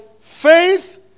faith